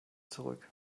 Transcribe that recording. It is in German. zurück